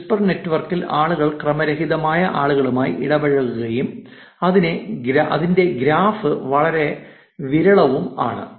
Whisper നെറ്റ്വർക്കിൽ ആളുകൾ ക്രമരഹിതമായ ആളുകളുമായി ഇടപഴകുകയും അതിന്റെ ഗ്രാഫ് വളരെ വിരളവുമാണ്